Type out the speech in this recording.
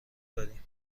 داریم